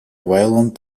violent